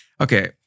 okay